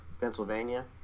Pennsylvania